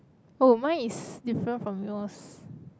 oh mine is different from yours